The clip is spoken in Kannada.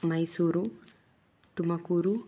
ಮೈಸೂರು ತುಮಕೂರು